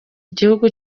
igihugu